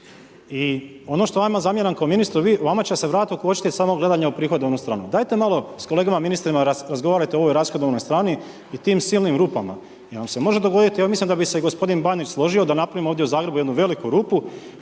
I ono što vama zamjeram, ko ministru, vama će se vrat ukočiti samo u gledanju u prihodovnu stranu. Dajte malo, s kolegama ministrima razgovarajte o ovoj rashodovnoj strani i tim silnim rupama. Jer vam se može dogoditi, ja mislim da bi se i gospodin Bandić složio, da napravimo ovdje u Zagrebu jednu veliku rupu,